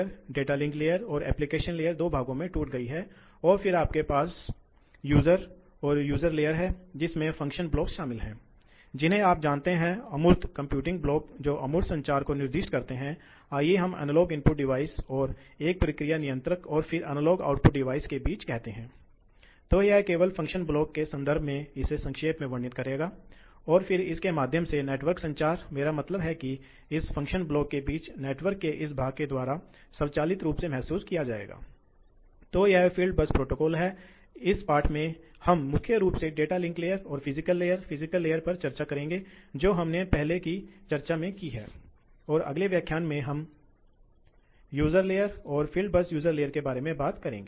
कि मोटे तौर पर एक फैन में यदि आप काम करते हैं यदि आप गति को इस तरह से बदलते हैं कि क्यू अक्ष पर आप इन अनुपातों को प्राप्त करने जा रहे हैं और 2 तो अश्वशक्ति भिन्नता होने जा रहे हैं N2 के रूप में अलग अलग जा रहे हैं 3 तो इसी तरह यदि आप जानते हैं यह और आप P1 जानते हैं तो आप इस सूत्र द्वारा P2 की गणना कर सकते हैं क्योंकि 2 यदि आप यदि आप इन दोनों में से N को समाप्त करते हैं तो आप मूल रूप से इसलिए ये हैं यह गति N2 पर है और ये दोनों गति N2 पर हैं और ये दोनों गति N1 पर हैं ठीक है तो अब यह ज्ञात नहीं है